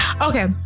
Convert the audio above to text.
okay